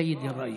סייד א-ראיס.